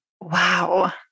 wow